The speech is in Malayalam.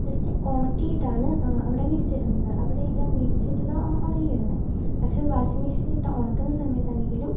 ജസ്റ്റ് ഉണക്കിയിട്ടാണ് അവിടെ വിരിച്ചിടുന്നത് അവിടെ എല്ലാം വിരിച്ചിട്ടത് ഉണങ്ങിയിരുന്നത് പക്ഷെ അതു വാഷിംഗ് മെഷീനിലിട്ട് ഉണക്കുന്ന സമയത്താണെങ്കിലും